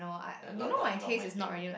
like no not not not my thing